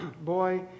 boy